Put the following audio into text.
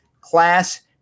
class